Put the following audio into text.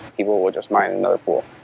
people will just mine another pool